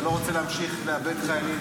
אתה לא רוצה להמשיך לאבד חיילים,